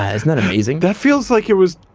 ah isn't that amazing? that feels like it was